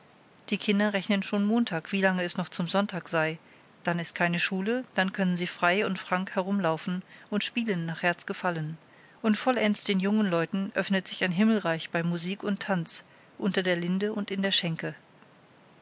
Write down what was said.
die kinder rechnen schon montag wie lange es noch zum sonntag sei dann ist keine schule dann können sie frei und frank herumlaufen und spielen nach herzensgefallen und vollends den jungen leuten öffnet sich ein himmelreich bei musik und tanz unter der linde und in der schenke